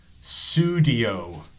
Studio